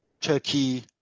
Turkey